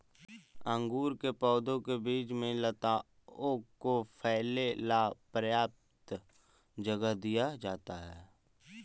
अंगूर के पौधों के बीच में लताओं को फैले ला पर्याप्त जगह दिया जाता है